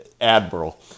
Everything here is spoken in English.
Admiral